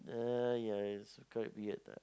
uh ya it's quite weird lah